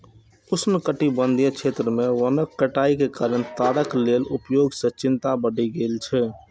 उष्णकटिबंधीय क्षेत्र मे वनक कटाइ के कारण ताड़क तेल के उपयोग सं चिंता बढ़ि गेल छै